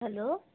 hello